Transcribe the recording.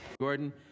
Gordon